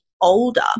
older